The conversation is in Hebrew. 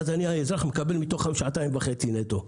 ואז אני האזרח מקבל מתוכן שעתיים וחצי נטו.